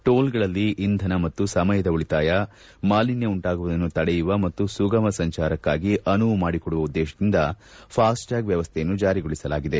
ಟೋಲ್ಗಳಲ್ಲಿ ಇಂಧನ ಮತ್ತು ಸಮಯದ ಉಳಿತಾಯ ಮಾಲಿನ್ಲ ಉಂಟಾಗುವುದನ್ನು ತಡೆಯುವ ಮತ್ತು ಸುಗಮ ಸಂಚಾರಕ್ಕಾಗಿ ಅನುವು ಮಾಡಿಕೊಡುವ ಉದ್ದೇಶದಿಂದ ಫಾಸ್ಟ್ಟ್ಯಾಗ್ ವ್ಯವಸ್ಥೆಯನ್ನು ಜಾರಿಗೊಳಿಸಲಾಗಿದೆ